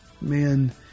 man